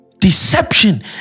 Deception